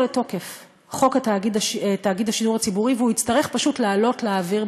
לתוקף חוק תאגיד השידור הציבורי והוא יצטרך פשוט לעלות לאוויר,